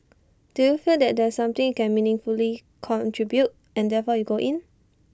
do you feel that there's something you can meaningfully contribute and therefore you go in